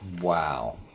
Wow